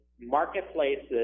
marketplaces